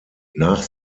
nach